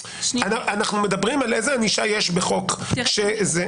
אנחנו מדברים איזו ענישה יש בחוק שעדיין